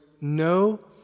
no